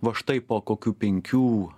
va štai po kokių penkių